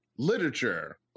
literature